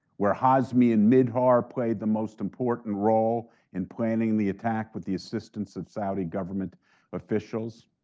where hazmi and mihdhar played the most important role in planning the attack with the assistance of saudi government officials?